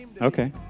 Okay